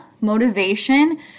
motivation